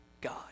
God